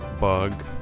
bug